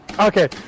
Okay